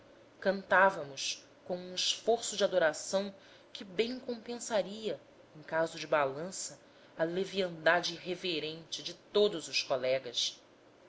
cantávamos com um esforço de adoração que bem compensaria em caso de balanço a leviandade irreverente de todos os colegas